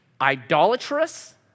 idolatrous